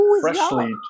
freshly